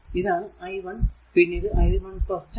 ഇതാണ് i 1 പിന്നെ ഇത് i 1 10